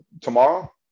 tomorrow